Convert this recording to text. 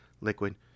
liquid